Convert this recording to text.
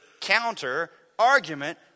counter-argument